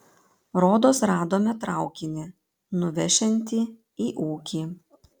rodos radome traukinį nuvešiantį į ūkį